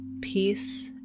peace